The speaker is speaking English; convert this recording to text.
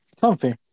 comfy